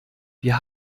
wir